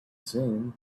seen